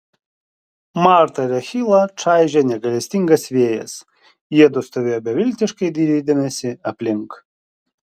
martą ir achilą čaižė negailestingas vėjas jiedu stovėjo beviltiškai dairydamiesi aplink